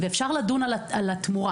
ואפשר לדון על התמורה.